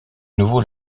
nouveau